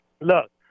look